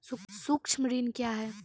सुक्ष्म ऋण क्या हैं?